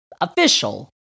official